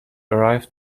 arrived